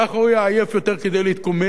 ככה הוא יהיה עייף יותר מכדי להתקומם,